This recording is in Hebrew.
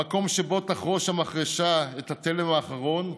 במקום שבו תחרוש המחרשה את התלם האחרון,